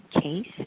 case